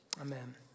amen